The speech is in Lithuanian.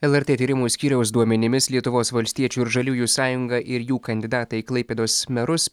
lrt tyrimų skyriaus duomenimis lietuvos valstiečių ir žaliųjų sąjungą ir jų kandidatą į klaipėdos merus